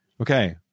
Okay